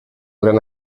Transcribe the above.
gran